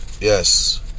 yes